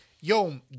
yo